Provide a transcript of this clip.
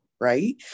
right